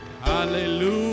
Hallelujah